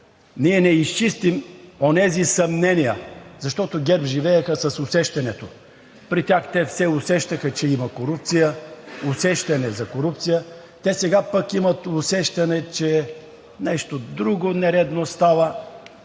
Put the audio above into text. ние не изчистим онези съмнения, защото ГЕРБ живееха с усещането – при тях те все усещаха, че има корупция, усещане за корупция, те сега пък имат усещане, че нещо друго нередно става.